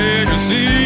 Legacy